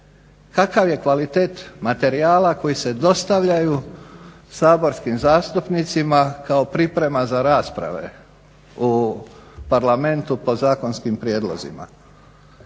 kakav je kvalitet materijala koji se dostavljaju saborskim zastupnicima kao priprema za rasprave u Parlamentu po zakonskim prijedlozima.